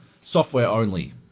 software-only